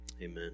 amen